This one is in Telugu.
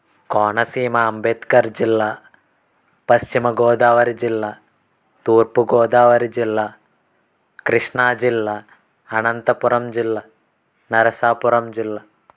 కోనసీమ అంబేద్కర్ జిల్లా పశ్చిమగోదావరి జిల్లా తూర్పుగోదావరి జిల్లా కృష్ణాజిల్లా అనంతపురం జిల్లా నరసాపురం జిల్లా